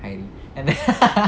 hairi